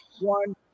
one